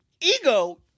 ego